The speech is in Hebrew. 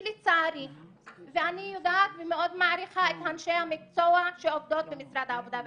אני יודעת ומאוד מעריכה את אנשי המקצוע שעובדים במשרד העבודה והרווחה,